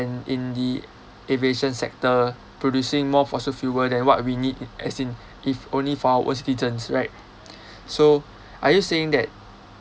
and in the aviation sector producing more fossil fuel than what we need as in if only for our own citizens right so are you saying that